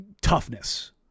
toughness